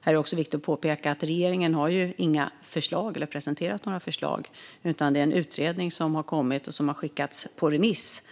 Här är det också viktigt att påpeka att regeringen inte har presenterat några förslag, utan det är en utredning som har kommit och som har skickats på remiss.